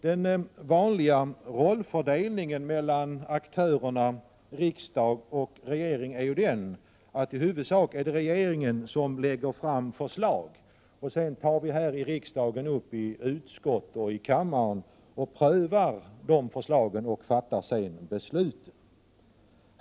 Den vanliga rollfördelningen mellan aktörerna riksdag och regering är ju den, att det i huvudsak är regeringen som lägger fram förslag, som vi sedan prövar i utskott och kammare och därefter fattar beslut.